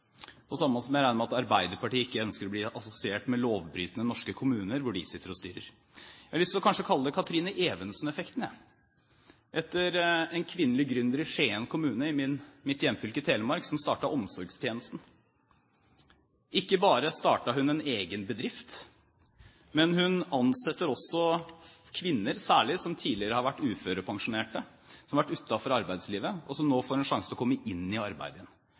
på samme måte som jeg regner med at Arbeiderpartiet ikke ønsker å bli assosiert med lovbrytende norske kommuner, der de sitter og styrer. Jeg har kanskje lyst til å kalle det Katrine Evensen-effekten, etter en kvinnelig gründer i Skien kommune i mitt hjemfylke, Telemark, som startet Omsorgstjenesten – ikke bare startet hun en egen bedrift, men hun ansetter særlig kvinner som tidligere har vært uførepensjonert, som har vært utenfor arbeidslivet, og som nå får en sjanse til å komme i